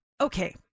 okay